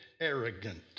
arrogant